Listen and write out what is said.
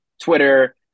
Twitter